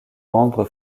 membre